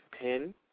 pin